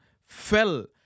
fell